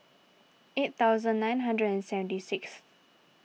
eight thousand nine hundred and seventy sixth